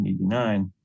1989